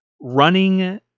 running